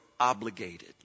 obligated